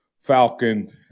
Falcon –